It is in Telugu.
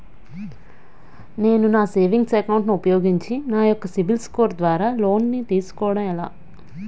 నేను నా సేవింగ్స్ అకౌంట్ ను ఉపయోగించి నా యెక్క సిబిల్ స్కోర్ ద్వారా లోన్తీ సుకోవడం ఎలా?